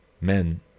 men